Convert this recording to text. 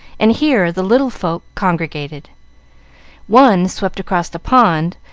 and here the little folk congregated one swept across the pond,